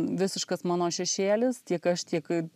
visiškas mano šešėlis tiek aš tiek